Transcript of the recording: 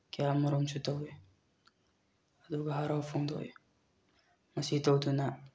ꯀꯌꯥꯃꯔꯨꯝꯁꯨ ꯇꯧꯏ ꯑꯗꯨꯒ ꯍꯔꯥꯎꯕ ꯐꯣꯡꯗꯣꯛꯏ ꯃꯁꯤ ꯇꯧꯗꯨꯅ